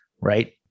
right